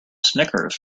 snickers